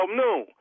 noon